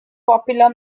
popular